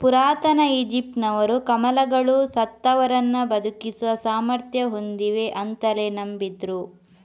ಪುರಾತನ ಈಜಿಪ್ಟಿನವರು ಕಮಲಗಳು ಸತ್ತವರನ್ನ ಬದುಕಿಸುವ ಸಾಮರ್ಥ್ಯ ಹೊಂದಿವೆ ಅಂತಲೇ ನಂಬಿದ್ರು